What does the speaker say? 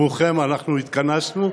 עבורכם אנחנו התכנסנו,